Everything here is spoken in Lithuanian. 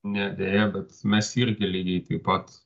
ne deja bet mes irgi lygiai taip pat